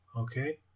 Okay